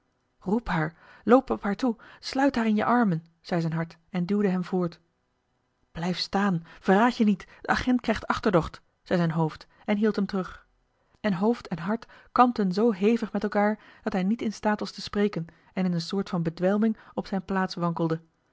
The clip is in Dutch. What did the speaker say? haar loop op haar toe sluit haar in je armen zei zijn hart en duwde hem voort blijf staan verraad je niet de agent krijgt achterdocht zei zijn hoofd en hield hem terug en hoofd en hart kampten zoo hevig met elkaar dat hij niet in staat was te spreken en in een soort van bedwelming op zijne plaats wankelde